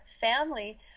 family